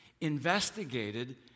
investigated